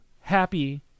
happy